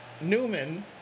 Newman